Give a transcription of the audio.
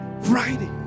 Friday